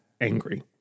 angry